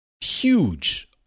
huge